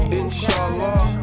inshallah